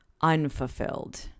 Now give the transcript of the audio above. unfulfilled